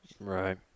Right